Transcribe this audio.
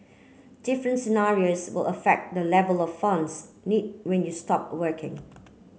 different scenarios will affect the level of funds need when you stop working